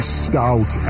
stout